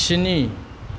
स्नि